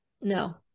no